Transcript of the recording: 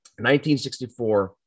1964